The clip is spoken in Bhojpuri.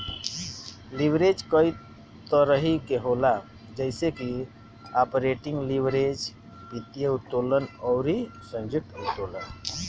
लीवरेज कई तरही के होला जइसे की आपरेटिंग लीवरेज, वित्तीय उत्तोलन अउरी संयुक्त उत्तोलन